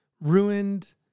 ruined